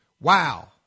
wow